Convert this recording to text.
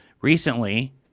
recently